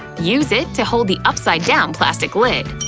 use it to hold the upside down plastic lid!